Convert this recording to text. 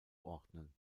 ordnen